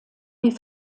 die